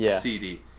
CD